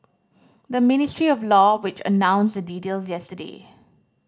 the Ministry of Law which announced the details yesterday